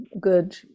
good